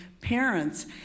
Parents